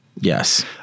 Yes